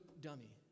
dummy